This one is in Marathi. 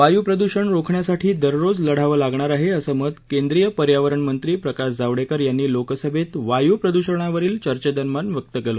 वायुप्रदूषण रोखण्यासाठी दररोज लढावं लागणार आहे असं मत केंद्रीय पर्यावरणमंत्री प्रकाश जावडेकर यांनी लोकसभेत वायू प्रदूषणावरील चर्चेदरम्यान व्यक्त केलं